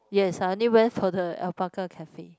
yes I only went for the alpaca Cafe